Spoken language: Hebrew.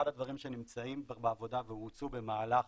אחד הדברים שנמצאים בעבודה והואצו במהלך